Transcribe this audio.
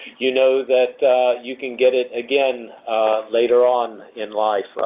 you know that you can get it again later on in life,